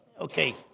Okay